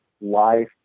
life